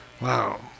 Wow